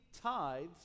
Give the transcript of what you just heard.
tithes